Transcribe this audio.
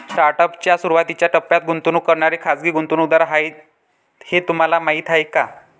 Startup च्या सुरुवातीच्या टप्प्यात गुंतवणूक करणारे खाजगी गुंतवणूकदार आहेत हे तुम्हाला माहीत आहे का?